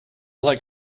like